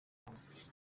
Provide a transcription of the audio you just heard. hamwe